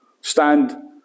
stand